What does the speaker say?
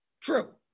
True